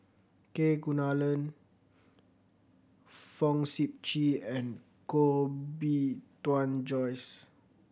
Kunalan Fong Sip Chee and Koh Bee Tuan Joyce